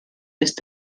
ist